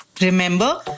Remember